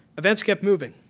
events kept moving.